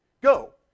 Go